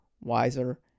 wiser